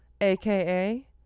aka